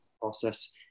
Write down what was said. process